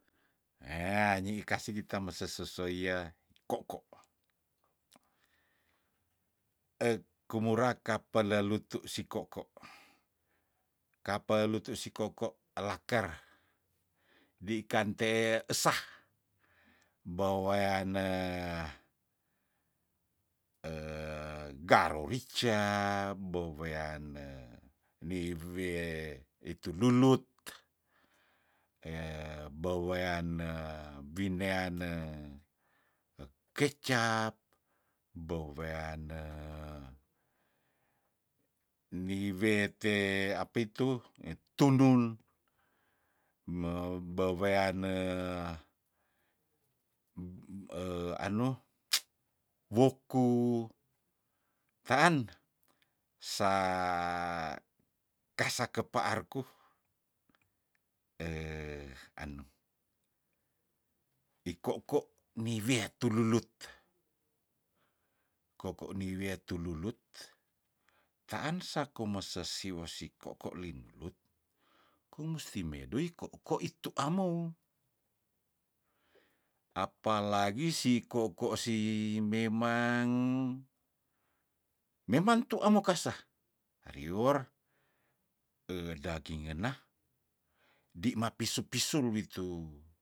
Heah nyi kasih kitem mese susuya koko kumura ka pelelutu sikoko kapelutu sikoko elaker bi kante esah beweane garo rica beweane niwie itu lulut beweane bineane ekecap beweane ni wete apaitu nitundul me bewean anu woku taan sa kasa kepaarku anu ikoko miwea tululut koko niwea tululut taan sako mese siwo sikoko linlalut komusti medoi koko itu amou apa lagi si koko si memang memang tu amo kasah rior dagng ngena di ma pisu- pisul witu